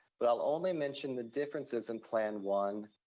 but i'll only mention the differences in plan one